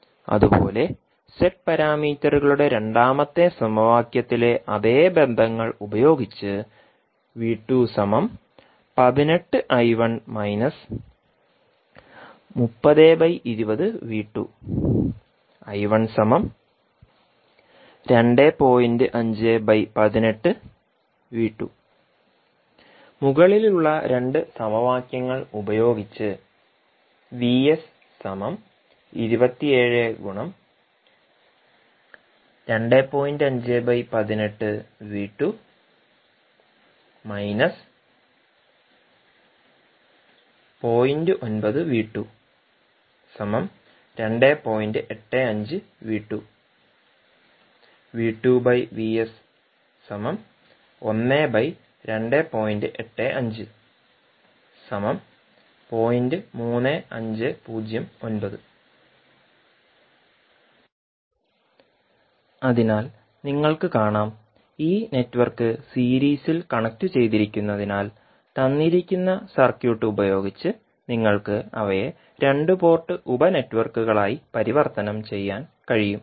അതുപോലെ z പാരാമീറ്ററുകളുടെ രണ്ടാമത്തെ സമവാക്യത്തിലെ അതേ ബന്ധങ്ങൾ ഉപയോഗിച്ച് മുകളിലുള്ള രണ്ട് സമവാക്യങ്ങൾ ഉപയോഗിച്ച് അതിനാൽ നിങ്ങൾക്ക് കാണാം ഈ നെറ്റ്വർക്ക് സീരീസിൽ കണക്റ്റുചെയ്തിരിക്കുന്നതിനാൽ തന്നിരിക്കുന്ന സർക്യൂട്ട് ഉപയോഗിച്ച് നിങ്ങൾക്ക് അവയെ രണ്ട് പോർട്ട് ഉപ നെറ്റ്വർക്കുകളായി പരിവർത്തനം ചെയ്യാൻ കഴിയും